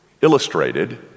illustrated